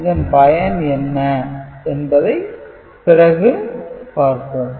இதன் பயன் என்ன என்பதை பிறகு பார்ப்போம்